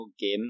game